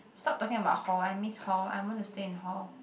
stop talking about hall I miss hall I'm gonna stay in hall